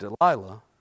Delilah